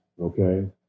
okay